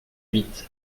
huit